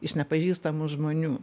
iš nepažįstamų žmonių